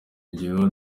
ngero